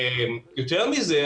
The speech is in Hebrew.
יותר זה.